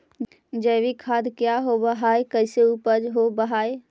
जैविक खाद क्या होब हाय कैसे उपज हो ब्हाय?